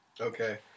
Okay